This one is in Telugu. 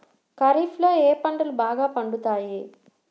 ఖరీఫ్లో ఏ పంటలు బాగా పండుతాయి?